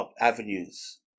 avenues